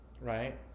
right